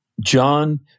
John